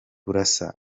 burasa